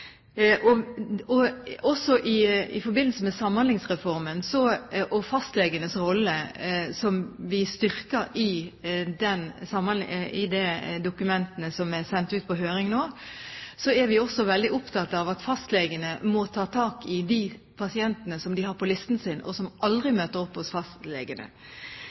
Også i forbindelse med Samhandlingsreformen og fastlegenes rolle, som vi styrket i de dokumentene som er sendt ut på høring nå, er vi veldig opptatt av at fastlegene må ta tak i de pasientene som de har på listen sin som aldri møter opp hos fastlegene.